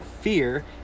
fear